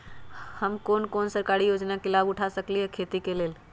हम कोन कोन सरकारी योजना के लाभ उठा सकली ह खेती के लेल?